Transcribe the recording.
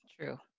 True